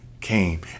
came